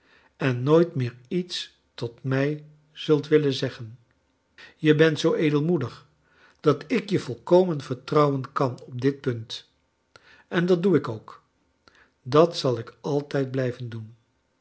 en nooit meer lets tot mij zult willen zeggen je bent zoo edelmoedig dat ik je volkomen vertrouwen kan op dit punt en dat doe ik ook dat zal ik altijd blijven doen